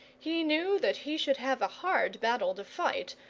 he knew that he should have a hard battle to fight,